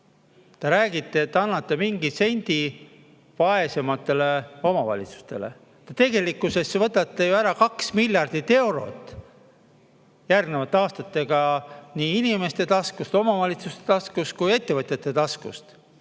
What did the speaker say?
Te räägite, et te annate mingi sendi vaesematele omavalitsustele. Tegelikkuses võtate ju ära kaks miljardit eurot järgnevate aastate jooksul nii inimeste taskust, omavalitsuste taskust kui ka ettevõtjate taskust.